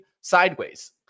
sideways